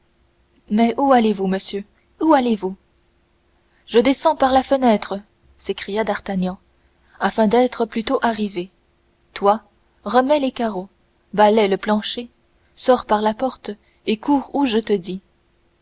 mais où allez-vous monsieur où allez-vous je descends par la fenêtre s'écria d'artagnan afin d'être plus tôt arrivé toi remets les carreaux balaie le plancher sors par la porte et cours où je te dis